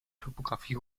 topographie